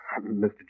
Mr